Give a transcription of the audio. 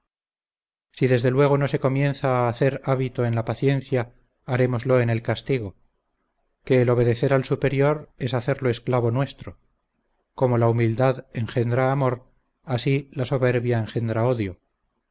si desde luego no se comienza a hacer hábito en la paciencia haremoslo en el castigo que el obedecer al superior es hacerlo esclavo nuestro como la humildad engendra amor así la soberbia engendra odio